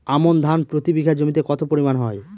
আমন ধান প্রতি বিঘা জমিতে কতো পরিমাণ হয়?